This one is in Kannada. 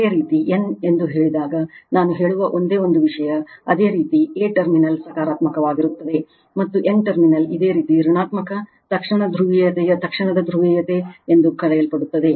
ಇದೇ ರೀತಿ n ಎಂದು ಹೇಳಿದಾಗ ನಾನು ಹೇಳುವ ಒಂದೇ ಒಂದು ವಿಷಯ ಅದೇ ರೀತಿ a ಟರ್ಮಿನಲ್ ಸಕಾರಾತ್ಮಕವಾಗಿರುತ್ತದೆ ಮತ್ತು n ಟರ್ಮಿನಲ್ ಇದೇ ರೀತಿ ಋಣಾತ್ಮಕ ತಕ್ಷಣದ ಧ್ರುವೀಯತೆಯಲ್ಲಿ ತಕ್ಷಣದ ಧ್ರುವೀಯತೆ ಎಂದು ಕರೆಯಲ್ಪಡುತ್ತದೆ